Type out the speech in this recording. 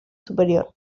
superior